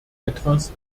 etwas